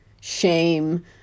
shame